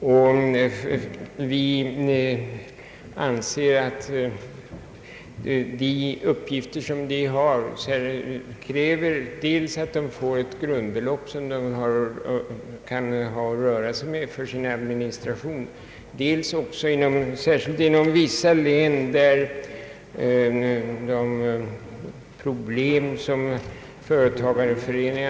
Vi anser att de uppgifter dessa föreningar har kräver att de får både ett grundbelopp till sin administration och ett visst ökat anslag för andra uppgifter som de har att lösa.